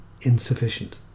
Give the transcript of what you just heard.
insufficient